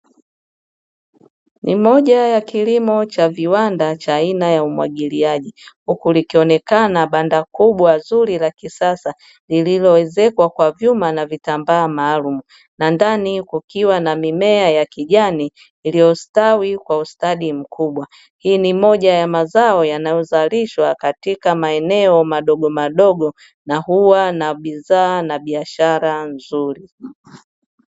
Nimoja ya kilimo cha viwanda cha aina ya umwagiliaji huku likionekana banda kubwa zuri la kisasa lililo ezekwa kwa vyuma na vitambaa maalum na ndani kukiwa na mimea ya kijani iliyoastawi kwa ustadi mkubwa, hii ni moja ya mazao yanayo zalishwa katika maeneo madogo madogo na huwa na biadhaa na biashara nzuri.